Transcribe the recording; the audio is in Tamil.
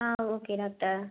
ah okay doctor